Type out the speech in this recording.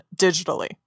digitally